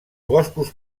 boscos